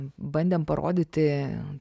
bandėm parodyti